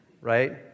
right